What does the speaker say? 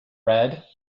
red